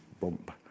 bump